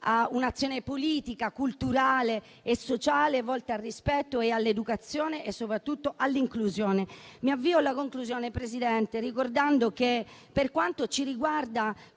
un'azione politica, culturale e sociale, volta al rispetto, all'educazione e soprattutto all'inclusione. Mi avvio alla conclusione, Presidente, ricordando che, per quanto ci riguarda,